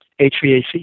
HVAC